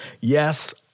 Yes